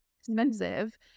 Expensive